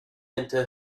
into